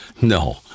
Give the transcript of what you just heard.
No